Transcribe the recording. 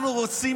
אנחנו רוצים